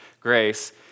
grace